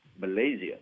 Malaysia